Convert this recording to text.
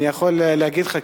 אני יכול להגיד לך,